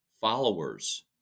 followers